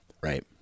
Right